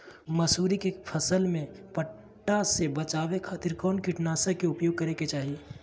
मसूरी के फसल में पट्टा से बचावे खातिर कौन कीटनाशक के उपयोग करे के चाही?